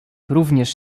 również